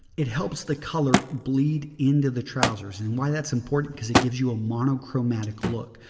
it helps the color bleed into the trousers and why thatis important because it gives you a monochromatic look.